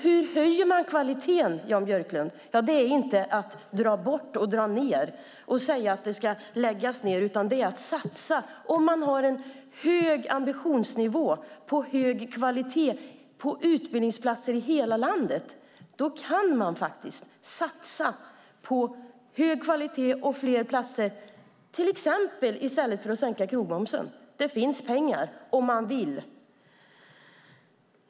Hur höjer man kvaliteten, Jan Björklund? Inte gör man det genom att dra bort och dra ned och säga att det ska läggas ned, utan det gör man genom att satsa. Om man har en hög ambitionsnivå för hög kvalitet och utbildningsplatser i hela landet kan man faktiskt satsa på hög kvalitet och fler platser i stället för att till exempel sänka krogmomsen. Det finns pengar om man vill!